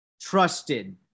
trusted